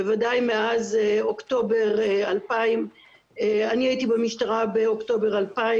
בוודאי מאז אוקטובר 2000. אני הייתי במשטרה באוקטובר 2000,